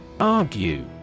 Argue